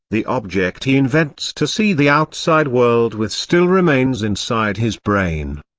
the object he invents to see the outside world with still remains inside his brain.